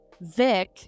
Vic